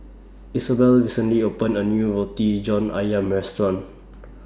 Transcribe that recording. Isabel recently opened A New Roti John Ayam Restaurant